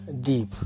deep